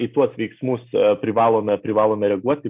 į tuos veiksmus privalome privalome reaguoti